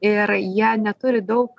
ir jie neturi daug